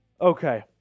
Okay